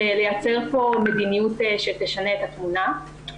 ולייצר פה מדיניות שתשנה את התמונה.